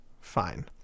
Fine